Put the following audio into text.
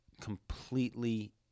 completely